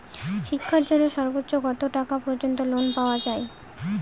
শিক্ষার জন্য সর্বোচ্চ কত টাকা পর্যন্ত লোন পাওয়া য়ায়?